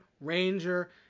ranger